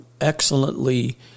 excellently